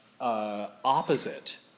opposite